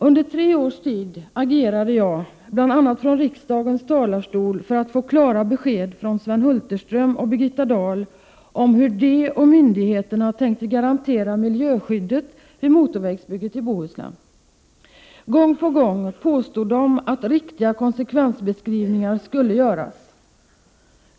Under tre års tid agerade jag, bl.a. från riksdagens talarstol, för att få klara besked från Sven Hulterström och Birgitta Dahl om hur de och myndigheterna tänkte garantera miljöskyddet vid motorvägsbygget i Bohuslän. Gång på gång påstod de att riktiga konsekvensbeskrivningar skulle göras.